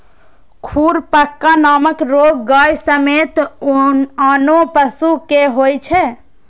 खुरपका नामक रोग गाय समेत आनो पशु कें होइ छै